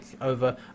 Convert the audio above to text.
over